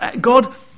God